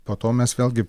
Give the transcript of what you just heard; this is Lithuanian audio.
po to mes vėlgi